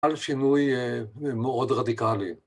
על שינוי מאוד רדיקלי.